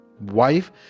wife